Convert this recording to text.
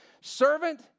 Servant